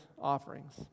offerings